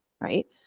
right